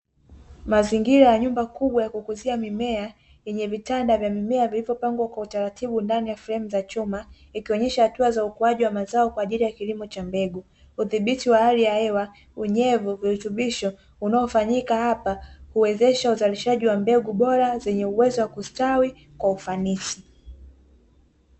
Mazingira ya nyumba kubwa ya kukuzia mimea yenye vitanda vya mimea vilivyopangwa kwa utaratibu ndani ya fremu za chuma, ikionyesha hatua za ukuaji wa mazao kwa ajili ya kilimo cha mbegu. udhibiti wa hali ya hewa, unyevu, virutubisho unaofanyika hapa huwezesha uzalishaji wa mbegu bora zenye uwezo wa kustawi kwa ufanisi.